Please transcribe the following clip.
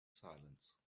silence